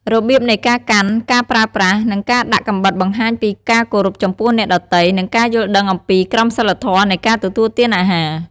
របៀបនៃការកាន់ ការប្រើប្រាស់ និងការដាក់កាំបិតបង្ហាញពីការគោរពចំពោះអ្នកដទៃ និងការយល់ដឹងអំពីក្រមសីលធម៌នៃការទទួលទានអាហារ។